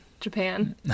Japan